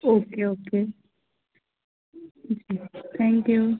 okay okay thank you